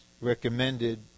recommended